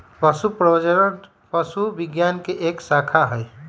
पशु प्रजनन पशु विज्ञान के एक शाखा हई